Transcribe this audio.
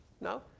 No